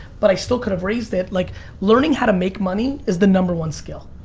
but i still could have raised it. like learning how to make money is the number one skill.